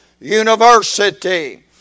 University